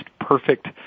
perfect